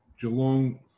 Geelong